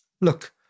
look